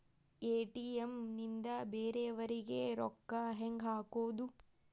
ATM ನಿಂದ ಬೇರೆಯವರಿಗೆ ರೊಕ್ಕ ಹೆಂಗ್ ಹಾಕೋದು?